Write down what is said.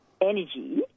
energy